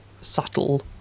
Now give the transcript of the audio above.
subtle